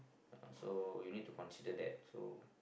so you need to consider that so